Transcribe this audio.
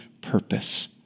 purpose